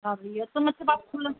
हाँ भैया तो मतलब आप खुला